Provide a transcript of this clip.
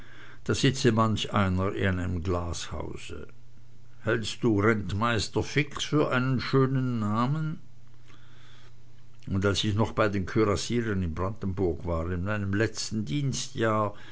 da sitze manch einer in einem glashause hältst du rentmeister fix für einen schönen namen und als ich noch bei den kürassieren in brandenburg war in meinem letzten dienstjahr